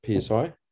psi